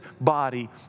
body